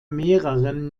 mehreren